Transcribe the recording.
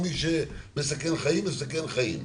מי שמסכן חיים מסכן חיים.